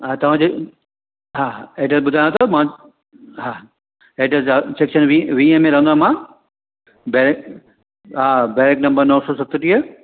हा तव्हांजे हा हा एड्रेस ॿुधायांव थो मां हा एड्रेस जा सेक्शन वीह वीह में रहंदो आहियां मां बैरिक हा बैरिक नंबर नव सौ सतटीह